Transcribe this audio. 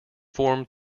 formed